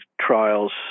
trials